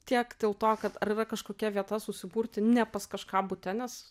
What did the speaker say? tiek dėl to kad ar yra kažkokia vieta susiburti ne pas kažką bute nes